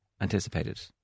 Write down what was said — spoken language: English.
anticipated